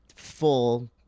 full